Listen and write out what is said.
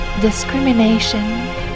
discrimination